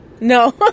No